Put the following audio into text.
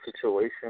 situation